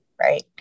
Right